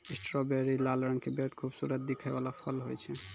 strawberry लाल रंग के बेहद खूबसूरत दिखै वाला फल होय छै